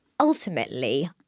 Ultimately